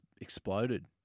exploded